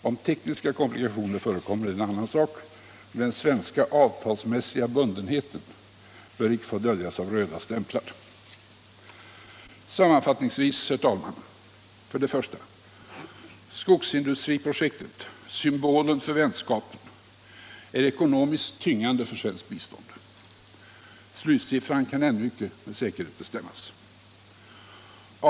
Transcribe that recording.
Om tekniska komplikationer förekommer är det en annan sak, men den svenska avtalsmässiga bundenheten bör icke få döljas av röda stämplar. Sammanfattningsvis, herr talman: 1. Skogsindustriprojektet, symbolen för vänskapen, är ekonomiskt tyngande för svenskt bistånd. Slutsiffran kan ännu inte med säkerhet bestämmas. 2.